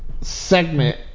segment